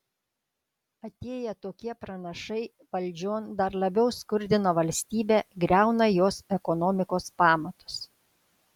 atėję tokie pranašai valdžion dar labiau skurdina valstybę griauna jos ekonomikos pamatus